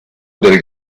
del